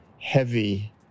heavy